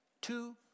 two